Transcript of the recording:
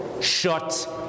shut